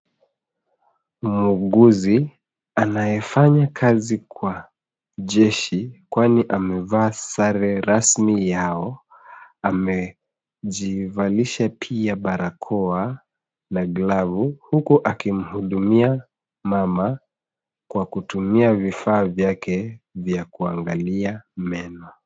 Muuguzi anayefanya kazi kwa jeshi amevaa sare rasmi yao. Amejivalisha pia barakoa na glavu huku akimhudumia mama kwa kutumia vifaa vyake vya kuangalia meno.